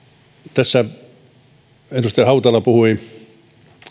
tässä edustaja hautala puhui